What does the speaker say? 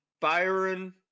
Byron